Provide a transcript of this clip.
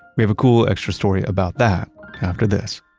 we have a cool extra story about that after this